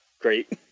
great